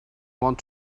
want